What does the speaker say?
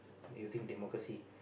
you think democracy